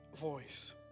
voice